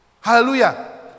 Hallelujah